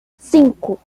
cinco